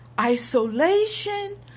isolation